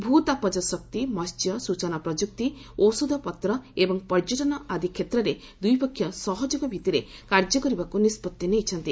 ଭୂତାପଜ ଶକ୍ତି ମସ୍ୟ ସୂଚନା ପ୍ରଯୁକ୍ତି ଔଷଧପତ୍ର ଏବଂ ପର୍ଯ୍ୟଟନ ଆଦି କ୍ଷେତ୍ରରେ ଦୁଇପକ୍ଷ ସହଯୋଗ ଭିତ୍ତିରେ କାର୍ଯ୍ୟ କରିବାକୁ ନିଷ୍ପତି ନେଇଛନ୍ତି